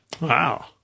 Wow